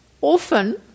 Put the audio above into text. often